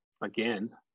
again